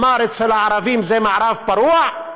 הוא אמר: אצל הערבים זה מערב פרוע,